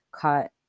cut